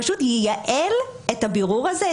פשוט לייעל את הבירור הזה,